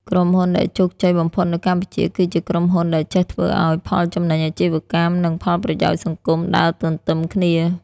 ក្រុមហ៊ុនដែលជោគជ័យបំផុតនៅកម្ពុជា គឺជាក្រុមហ៊ុនដែលចេះធ្វើឱ្យ "ផលចំណេញអាជីវកម្ម" និង "ផលប្រយោជន៍សង្គម" ដើរទន្ទឹមគ្នា។